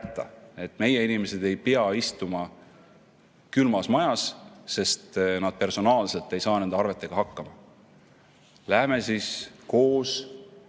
et meie inimesed ei pea istuma külmas majas, sest nad personaalselt ei saa nende arvetega hakkama. Läheme siis koos,